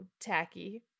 tacky